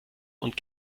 und